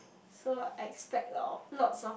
so I expect lots lots of